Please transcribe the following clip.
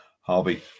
Harvey